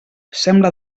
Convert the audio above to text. sembla